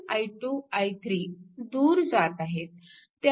आणि i1 i2 i3 दूर जात आहेत